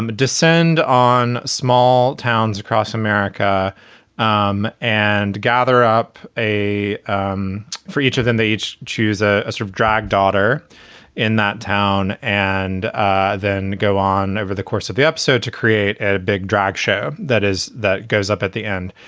um descend on small towns across america um and gather up a um for each of them. they each choose a a sort of drag daughter in that town and ah then go on over the course of the episode to create a big drag show. that is. that goes up at the end.